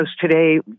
today